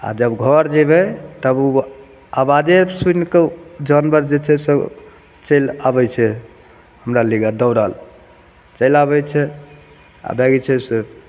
आ जब घर जैबै तब अबाजे सुनिकऽ जानवर जे छै से चैलि आबै छै हमरा लऽग दौड़ल चैलि आबै छै आ रहै छै से